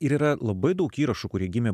ir yra labai daug įrašų kurie gimė